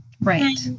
right